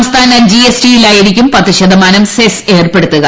സംസ്ഥാന ജിഎസ്ടിയിലായിരിക്കും പത്ത് ശതമാനം സെസ് ഏർപ്പെടുത്തുക